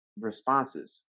responses